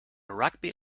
rugby